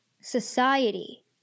society